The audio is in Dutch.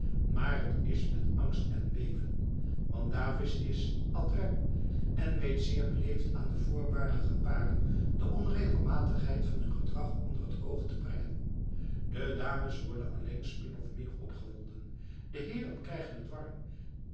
maar t is met angst en beven want davids is ad rem en weet zeer beleefd aan de voorbarige paren de onregelmatigheid van hun gedrag onder t oog te brengen de dames worden allengs min of meer opgewonden de heeren krijgen t warm